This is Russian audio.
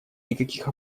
никаких